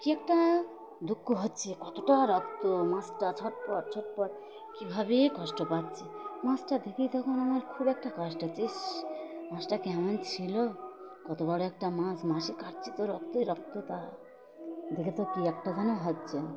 কী একটা দুঃখ হচ্ছে কতটা রক্ত মাছটা ছটফট ছটফট কী ভাবে কষ্ট পাচ্ছে মাছটা দেখেই তখন আমার খুব একটা কষ্ট হচ্ছে ইশ মাছটা কেমন ছিল কত বড় একটা মাছ মাসি কাটছে তো রক্তই রক্ত তা দেখে তো কী একটা যেন হচ্ছে